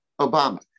Obama